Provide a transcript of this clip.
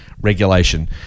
regulation